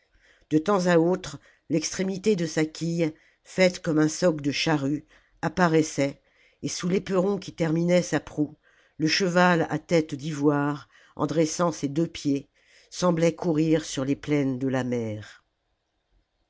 de temps à autre l'extrémité de sa quille faite comme un soc de charrue apparaissait et sous l'éperon qui terminait sa proue le cheval à tête d'ivoire en dressant ses deux pieds semblait courir sur les plaines de la mer